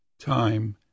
time